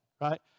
right